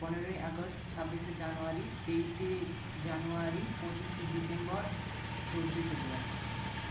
পনেরোই আগস্ট ছাব্বিশে জানুয়ারি তেইশে জানুয়ারি পঁচিশে ডিসেম্বর চোদ্দই ফেব্রুয়ারি